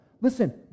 Listen